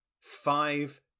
five